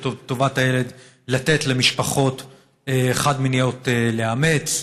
טובת הילד לתת למשפחות חד-מיניות לאמץ,